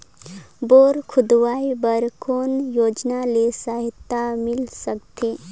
Bore खोदवाय बर कौन योजना ले सहायता मिल सकथे?